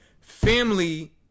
Family